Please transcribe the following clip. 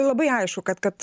labai aišku kad kad